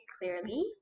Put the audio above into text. clearly